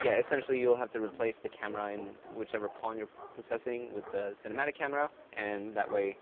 yeah essentially you will have to replace the camera in whichever pawn you're possessing with the cinematic camera and that way